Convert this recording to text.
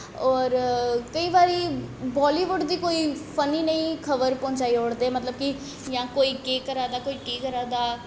होर केईं बारी बाल्लीबुड्ड कोई फन्नी नेही खबर पहुंचाई ओड़दे मतलब कि जां कोई केह् करा दा कोई केह् करा दा